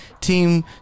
team